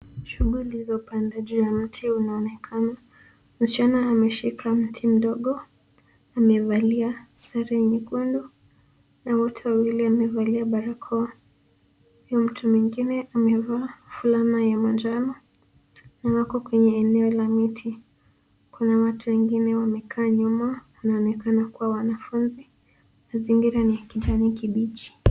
Shughuli za upandaji wa mti unaonekana. Msichana ameshika mti mdogo amevalia sare nyekundu na wote wawili wamevalia barakoa. Na mtu mwengine amevaa fulana ya majano na wako kwenye eneo la miti. Kuna watu wengine wamekaa nyuma wanaonekana kwa wanafunzi. Mazingira ni ya kijani kibichi.